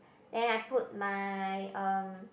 then I put my um